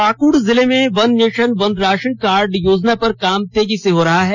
पाकुड जिले में one nation one ration card योजना पर काम तेजी से हो रहा है